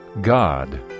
God